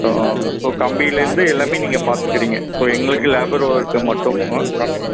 so கம்பியில் இருந்து எல்லாம் நீங்கள் பார்த்துக்கிறீங்க ஸோ எங்களுக்கு லேபர் ஒர்க் மட்டும்